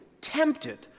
tempted